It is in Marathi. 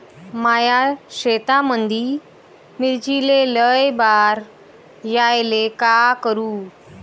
माया शेतामंदी मिर्चीले लई बार यायले का करू?